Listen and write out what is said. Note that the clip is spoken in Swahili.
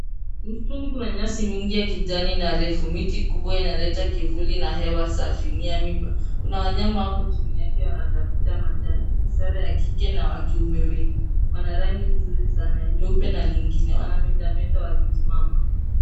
Mustuni kuna nyasi nyingi ya kijani na refu. miti inaleta kivuli na hewa safi ni ya miiba. Kuna wanyama wako chini yake wanatafuta majani ishara ya wa kike na wa kiume wengi. Wana rangi nzuri sana nyeupe na nyingine. Wanametameta wakisimama.